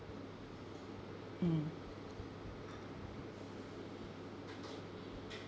mm